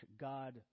God